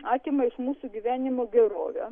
atima iš mūsų gyvenimo gerovę